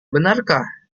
benarkah